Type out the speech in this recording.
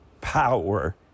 power